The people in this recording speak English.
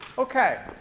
okay.